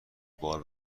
بار